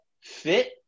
fit